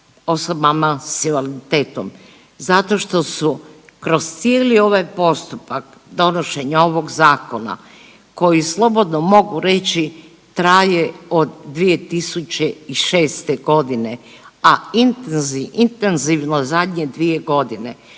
osobama s invaliditetom? Zato što su kroz cijeli ovaj postupak donošenja ovog zakona koji slobodno mogu reći traje od 2006.g., a intenzi, intenzivno zadnje 2.g.,